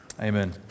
Amen